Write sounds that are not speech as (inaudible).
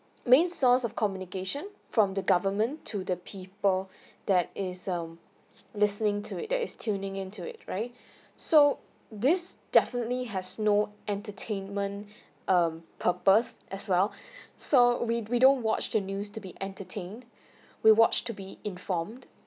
main source of communication from the government to the people (breath) that is I'm listening to it there is tuning into it right so this definitely has no entertainment um purpose as well (breath) so we we don't watch the news to be entertained we watch to be informed